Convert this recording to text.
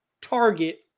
target